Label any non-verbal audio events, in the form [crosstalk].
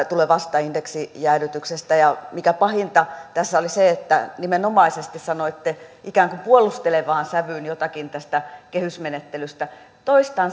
[unintelligible] tulevasta indeksijäädytyksestä ja pahinta tässä oli se että nimenomaisesti sanoitte ikään kuin puolustelevaan sävyyn jotakin tästä kehysmenettelystä toistan [unintelligible]